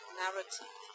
narrative